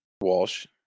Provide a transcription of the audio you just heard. Walsh